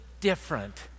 different